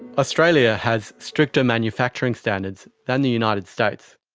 australia has stricter manufacturing standards than the united states.